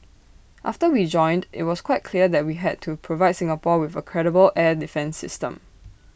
after we joined IT was quite clear that we had to provide Singapore with A credible air defence system